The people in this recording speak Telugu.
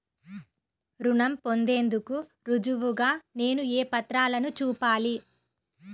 రుణం పొందేందుకు రుజువుగా నేను ఏ పత్రాలను చూపాలి?